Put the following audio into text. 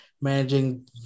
managing